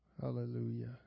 Hallelujah